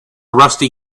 rusty